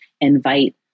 invite